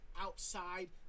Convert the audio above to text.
outside